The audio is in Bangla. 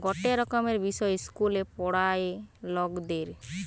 গটে রকমের বিষয় ইস্কুলে পোড়ায়ে লকদের